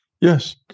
Yes